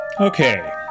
Okay